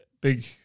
big